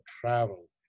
travel